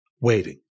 waiting